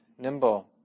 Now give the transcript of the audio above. nimble